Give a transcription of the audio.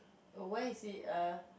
oh why is he err